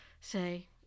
say